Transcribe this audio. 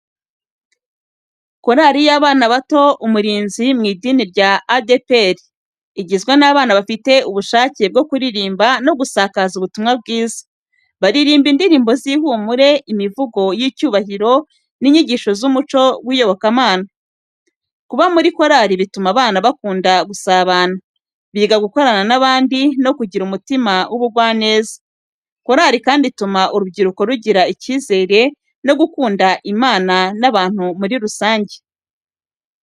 Korari y'abana bato Umurinzi mu idini rya ADEPERI igizwe n'abana bafite ubushake bwo kuririmba no gusakaza ubutumwa bwiza. Baririmba indirimbo z'ihumure, imivugo y’icyubahiro n’inyigisho z’umuco n’iyobokamana. Kuba muri korari bituma abana bakunda gusabana, biga gukorana n’abandi no kugira umutima w’ubugwaneza. Korari kandi ituma urubyiruko rugira icyizere no gukunda Imana n’abantu muri rusange.